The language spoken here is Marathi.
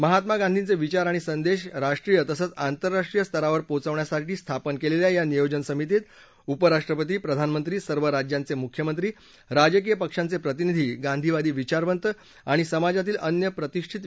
महात्मा गाधींचे विचार आणि संदेश राष्ट्रीय तसंच आंतरराष्ट्रीय स्तरावर पोचवण्यासाठी स्थापन केलेल्या या नियोजन समितीत उपराष्ट्रपती प्रधानमंत्री सर्व राज्यांचे मुख्यमंत्री राजकीय पक्षांचे प्रतिनिधी गांधीवादी विचारवंत आणि समाजातील अन्य प्रतिष्ठित व्यक्तींचा समावेश आहे